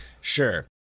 Sure